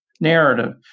narrative